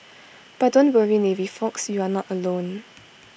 but don't worry navy folks you're not alone